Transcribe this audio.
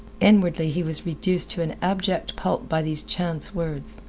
inwardly he was reduced to an abject pulp by these chance words.